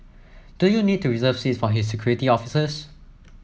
do you need to reserve seats for his security officers